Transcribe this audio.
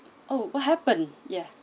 oh what happen ya